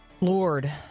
Lord